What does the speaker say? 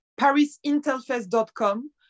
parisintelfest.com